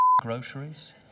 groceries